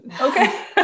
Okay